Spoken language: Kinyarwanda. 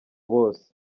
bose